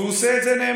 והוא עושה את זה נאמנה.